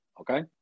Okay